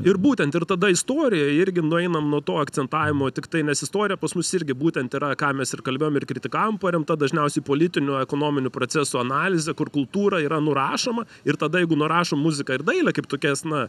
ir būtent ir tada istorijoj irgi nueinam nuo to akcentavimo tiktai nes istorija pas mus irgi būtent yra ką mes ir kalbėjom ir kritikavom paremta dažniausiai politinių ekonominių procesų analize kur kultūra yra nurašoma ir tada jeigu nurašom muziką ir dailę kaip tokias na